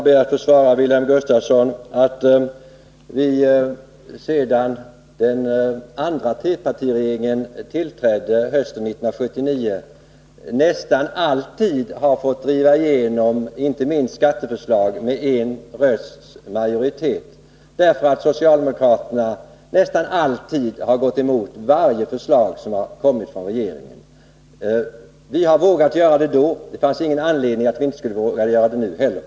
Herr talman! Sedan den andra trepartiregeringen tillträdde hösten 1979 har vi nästan alltid fått driva igenom inte minst skatteförslag med en rösts majoritet. Socialdemokraterna har nämligen gått emot nästan varje förslag som har kommit från regeringen. Vi har vågat göra detta tidigare; det fanns ingen anledning till att vi inte skulle våga göra det nu också.